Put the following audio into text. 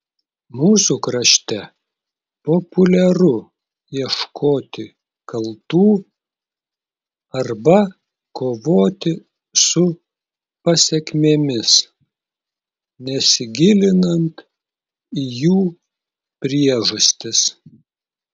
mūsų krašte populiaru ieškoti kaltų arba kovoti su pasekmėmis nesigilinant į jų priežastis